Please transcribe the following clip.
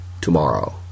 tomorrow